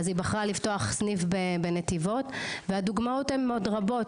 אז היא בחרה לפתוח סניף בנתיבות והדוגמאות הן עוד רבות,